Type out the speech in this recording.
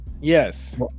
yes